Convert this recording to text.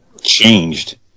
changed